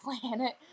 planet